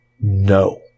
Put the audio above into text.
no